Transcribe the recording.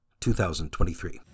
2023